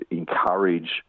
encourage